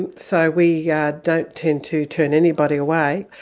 and so we yeah don't tend to turn anybody away.